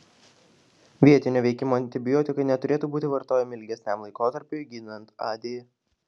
vietinio veikimo antibiotikai neturėtų būti vartojami ilgesniam laikotarpiui gydant ad